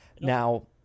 now